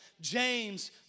James